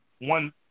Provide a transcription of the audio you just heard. one